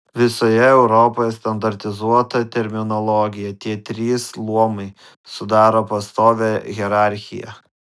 visoje europoje standartizuota terminologija tie trys luomai sudaro pastovią hierarchiją